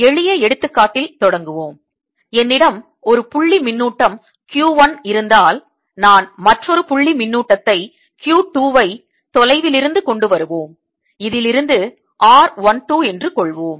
எளிய எடுத்துக்காட்டில் தொடங்குவோம் என்னிடம் ஒரு புள்ளி மின்னூட்டம் Q 1 இருந்தால் நான் மற்றொரு புள்ளி மின்னூட்டத்தை Q 2 ஐ தொலைவிலிருந்து கொண்டு வருவோம் இதிலிருந்து r 1 2 என்று கொள்வோம்